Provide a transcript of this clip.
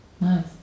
Nice